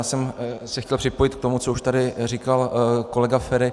Já jsem se chtěl připojit k tomu, co už tady říkal kolega Feri.